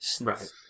Right